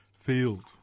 field